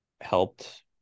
helped